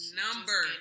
number